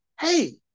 hey